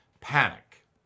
panic